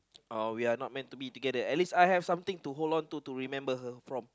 or we are not meant to be together as long I have something to hold on to remember her